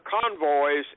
convoys